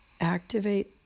activate